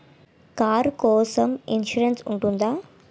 Car కోసం insurance ఉంటుందా?